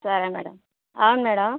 సరే మేడం అవును మేడం